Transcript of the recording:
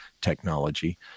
technology